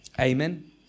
Amen